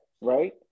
right